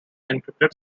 encrypted